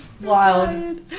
Wild